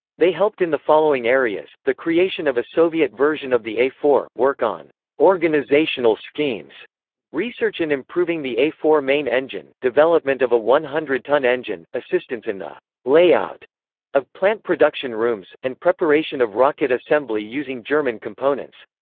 they helped in the following areas the creation of a soviet version of the a four work on organizational schemes research in improving the a four main engine development of a one hundred ton engine assistance in the layout of plant production rooms and preparation of rocket assembly using german components.